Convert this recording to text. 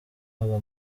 aba